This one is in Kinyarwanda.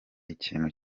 ikintu